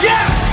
Yes